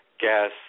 gas